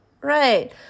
right